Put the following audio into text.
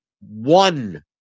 one